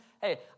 hey